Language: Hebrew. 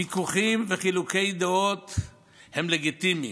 ויכוחים וחילוקי דעות הם לגיטימיים,